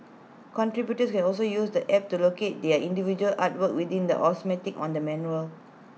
contributors can also use the app to locate their individual artwork within the on the mural